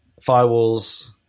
firewalls